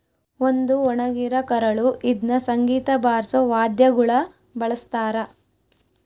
ಒಂದು ಒಣಗಿರ ಕರಳು ಇದ್ನ ಸಂಗೀತ ಬಾರ್ಸೋ ವಾದ್ಯಗುಳ ಬಳಸ್ತಾರ